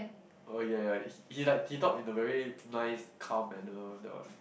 oh ya he like he talk in a very nice calm manner that one